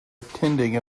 attending